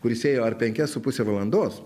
kuris ėjo ar penkias su puse valandos